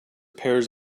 pairs